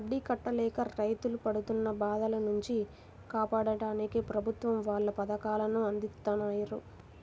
వడ్డీ కట్టలేక రైతులు పడుతున్న బాధల నుంచి కాపాడ్డానికి ప్రభుత్వం వాళ్ళు పథకాలను అందిత్తన్నారు